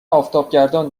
آفتابگردان